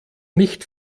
nicht